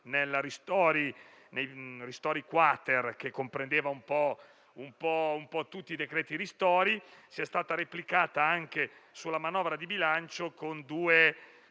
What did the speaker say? ristori-*quater*, che comprendeva un po' tutti i decreti ristori, che è stata replicata anche sulla manovra di bilancio con due